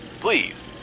Please